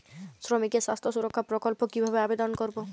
শ্রমিকের স্বাস্থ্য সুরক্ষা প্রকল্প কিভাবে আবেদন করবো?